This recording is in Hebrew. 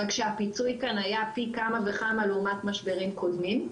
רק שהפיצוי כאן היה פי כמה וכמה לעומת משברים קודמים,